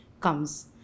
comes